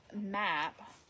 map